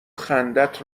خندت